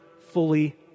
fully